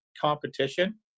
competition